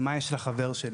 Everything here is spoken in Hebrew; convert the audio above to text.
חשבנו